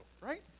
right